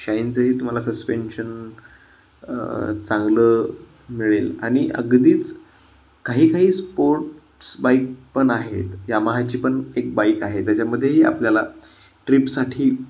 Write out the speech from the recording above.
शाईनचंही तुम्हाला सस्पेन्शन चांगलं मिळेल आणि अगदीच काही काही स्पोर्ट्स बाईक पण आहेत यामाहाची पण एक बाईक आहे त्याच्यामध्येही आपल्याला ट्रिपसाठी